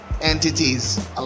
entities